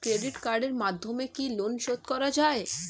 Credit কার্ডের মাধ্যমে কি লোন শোধ করা যায়?